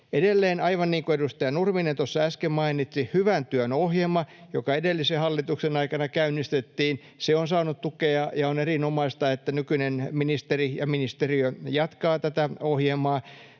Edelleen, aivan niin kuin edustaja Nurminen tuossa äsken mainitsi, hyvän työn ohjelma, joka edellisen hallituksen aikana käynnistettiin, on saanut tukea, ja on erinomaista, että nykyinen ministeri ja ministeriö jatkavat tätä ohjelmaa.